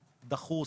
דחו,